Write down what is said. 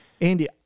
Andy